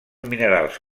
minerals